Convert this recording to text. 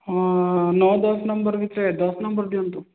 ହଁ ନଅ ଦଶ ନମ୍ବର ଭିତରେ ଦଶ ନମ୍ବର ଦିଅନ୍ତୁ